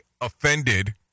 offended